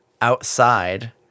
outside